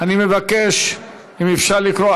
אני מבקש, אם אפשר, לקרוא.